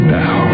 now